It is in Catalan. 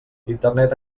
internet